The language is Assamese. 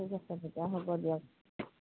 ঠিক আছে তেতিয়া হ'ব দিয়ক